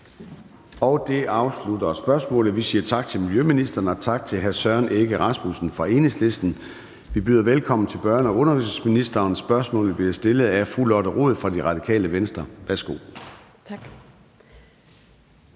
Det afslutter spørgsmålet. Vi siger tak til miljøministeren og til hr. Søren Egge Rasmussen fra Enhedslisten. Vi byder velkommen til børne- og undervisningsministeren. Spørgsmålet bliver stillet af fru Lotte Rod fra Radikale Venstre. Kl.